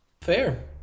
Fair